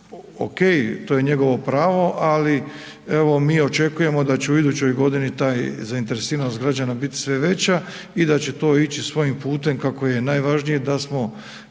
okej, to je njegovo pravo ali evo mi očekujemo da će u idućoj godini ta zainteresiranost građana bit sve veća i da će to ići svojim putem kako je najvažnije da smo